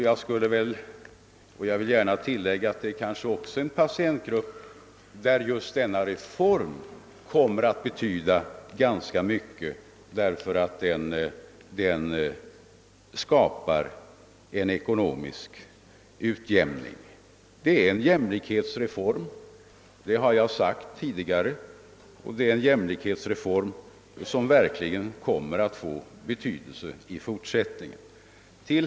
Jag vill gärna tillägga att det kanske också är en patientgrupp, för vilken just denna reform kommer att betyda ganska mycket, därför att den skapar en ekonomisk utjämning. Det är en jämlikhetsform — det har jag sagt tidigare — som verkligen kommer att få betydelse i fortsättningen.